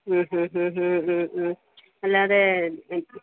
അല്ലാതെ